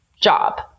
job